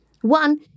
One